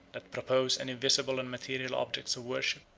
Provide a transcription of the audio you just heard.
that propose any visible and material objects of worship,